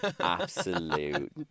absolute